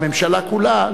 והממשלה כולה,